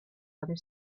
other